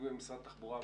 נציגת משרד התחבורה בבקשה.